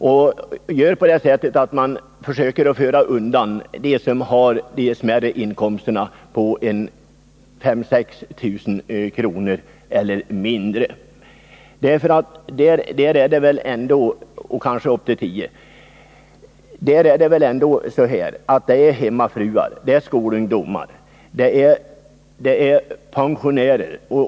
Man bör försöka föra undan dem som har smärre inkomster på 5 000-6 000 kr. och kanske upp till 10 000 kr. Där rör det sig väl om hemmafruar, skolungdomar och pensionärer.